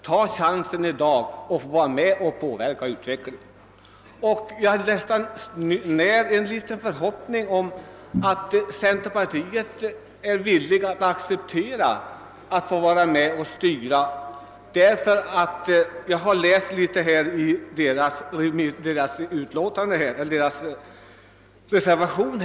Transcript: Ta chansen i dag att få vara med och påverka utvecklingen! Jag när faktiskt en liten förhoppning om att centerpartiet är villigt att acceptera att vara med och styra, ty jag har läst dess reservation.